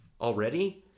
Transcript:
already